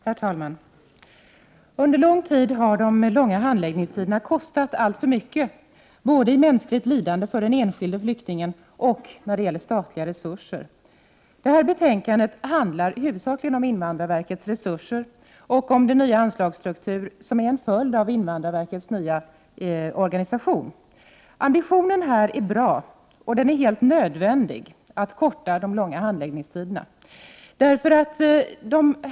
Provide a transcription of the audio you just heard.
Herr talman! Under lång tid har de långa handläggningstiderna kostat alltför mycket, både när det gäller mänskligt lidande för den enskilde flyktingen och när det gäller statliga resurser. Detta betänkade handlar huvudsakligen om invandrarverkets resurser och om den nya anslagsstruktur som är en följd av invandrarverkets nya organisation. Ambitionen är bra, och det är helt nödvändigt att förkorta de långa handläggningstiderna.